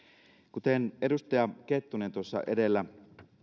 kuten edustaja kettunen edellä